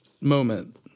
moment